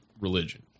religion